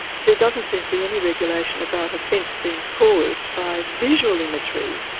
there doesn't seem to be any regulation about offence being caused by visual imagery.